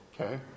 okay